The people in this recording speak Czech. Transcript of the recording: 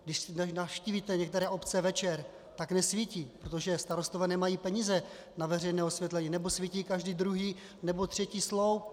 Když navštívíte některé obce večer, tak nesvítí, protože starostové nemají peníze na veřejné osvětlení, nebo svítí každý druhý nebo třetí sloup.